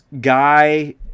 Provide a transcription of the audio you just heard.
guy